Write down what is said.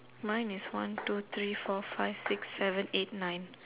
mine is one two three four five six seven eight nine